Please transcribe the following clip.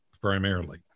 primarily